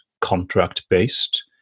contract-based